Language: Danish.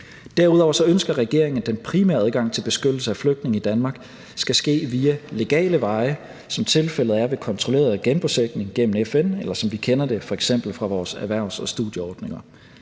Derudover ønsker regeringen, at den primære adgang til beskyttelse af flygtninge i Danmark skal ske via legale veje, som tilfældet er ved kontrolleret genbosætning gennem FN, eller som vi f.eks. kender det fra vores erhvervs- og studieordninger.